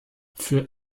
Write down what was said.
für